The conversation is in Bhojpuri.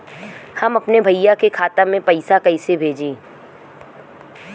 हम अपने भईया के खाता में पैसा कईसे भेजी?